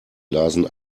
lasen